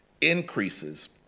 increases